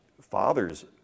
fathers